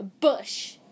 Bush